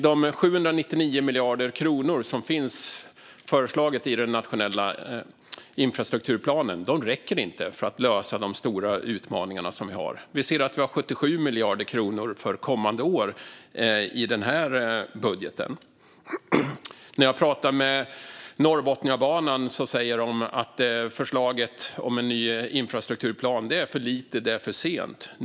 De 799 miljarder kronor som föreslås i den nationella infrastrukturplanen räcker inte för att lösa våra stora utmaningar. Vi har 77 miljarder kronor för kommande år i den här budgeten. När jag pratar med Norrbotniabanan säger de att förslaget till ny infrastrukturplan är för lite och för sent.